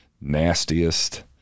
nastiest